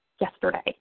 yesterday